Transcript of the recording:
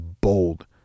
bold